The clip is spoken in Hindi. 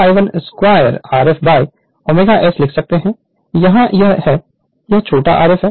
तो 3 I12 Rf बाय ω S लिख सकते हैं यहाँ यह है यह छोटा Rf है